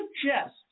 suggest